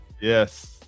Yes